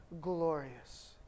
glorious